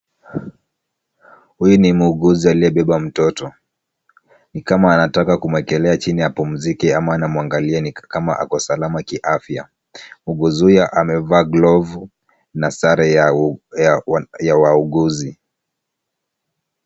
Huyu ni muuguzi aliyebeba mtoto, ni kama anataka kumuekelea chini apumzike ama anamwangalia kama ako salama kiafya. Muuguzi huyo amevaa glovu na sare ya wauguzi.